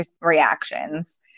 reactions